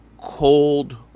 cold